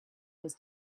was